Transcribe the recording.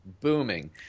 booming